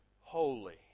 holy